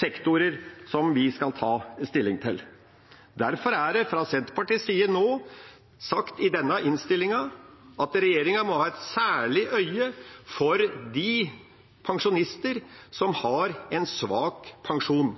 sektorer vi skal ta stilling til. Derfor er det fra Senterpartiets side nå sagt i denne innstillinga at regjeringa må ha et særlig øye for de pensjonister som har en svak pensjon.